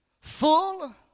full